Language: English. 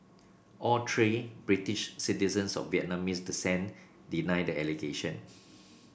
all three British citizens of Vietnamese descent deny the allegations